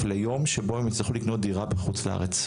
ליום שבו הם יצטרכו לקנות דירה בחוץ לארץ,